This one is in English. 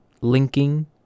linking